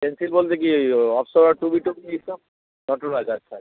pencil বলতে কি Oxford two B two B এইসব নটরাজ আচ্ছা আচ্ছা